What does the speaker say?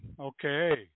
Okay